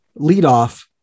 leadoff